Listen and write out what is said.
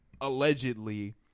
allegedly